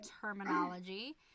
terminology